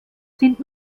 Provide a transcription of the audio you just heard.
sind